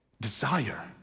desire